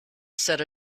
said